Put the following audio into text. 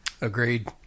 Agreed